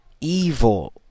evil